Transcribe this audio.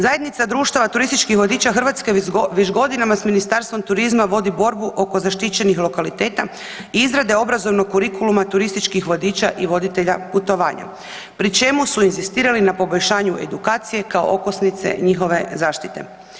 Zajednica društava turističkih vodiča Hrvatske već godinama s Ministarstvom turizma vodi borbu oko zaštićenih lokaliteta i izrade obrazovnog kurikuluma turističkih vodiča i voditelja putovanja pri čemu su inzistirali na poboljšanju edukacije kao okosnice njihove zaštite.